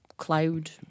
Cloud